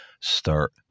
start